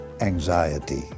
anxiety